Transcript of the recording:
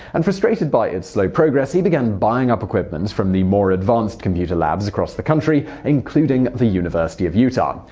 and frustrated by its slow progress, he began buying up equipment from the more-advanced computer labs across the country, including the university of utah.